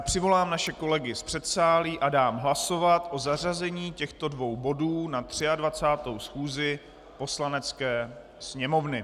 Přivolám naše kolegy z předsálí a dám hlasovat o zařazení těchto dvou bodů na 23. schůzi Poslanecké sněmovny.